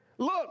Look